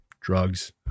drugs